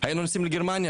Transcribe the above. היינו נוסעים לגרמניה,